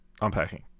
Unpacking